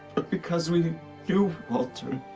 but because we knew walter,